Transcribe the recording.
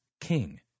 king